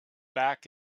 back